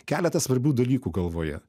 keletą svarbių dalykų galvoje